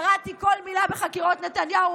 וקראתי כל מילה בחקירות נתניהו,